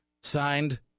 signed